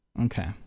Okay